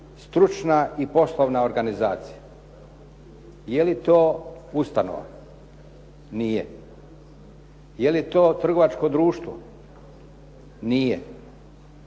stručna i poslovna organizacija. Je li to ustanova? Nije. Je li to trgovačko društvo? Nije.